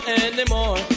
anymore